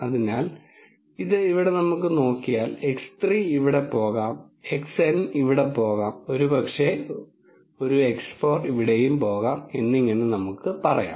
അതിനാൽ ഇത് ഇവിടെ പോകാം x3 ഇവിടെ പോകാം xN ഇവിടെ പോകാം ഒരുപക്ഷേ ഒരു x4 ഇവിടെ പോകാം എന്നിങ്ങനെ നമുക്ക് പറയാം